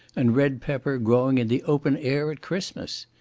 and red pepper, growing in the open air at christmas.